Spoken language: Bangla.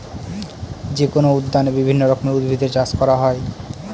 যেকোনো উদ্যানে বিভিন্ন রকমের উদ্ভিদের চাষ করা হয়